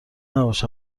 نباش